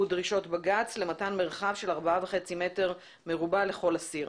דרישות בג"צ למתן מרחב של ארבעה וחצי מטרים מרובע לכל אסיר.